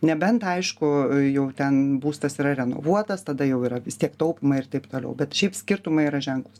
nebent aišku jau ten būstas yra renovuotas tada jau yra vis tiek taupoma ir taip toliau bet šiaip skirtumai yra ženklūs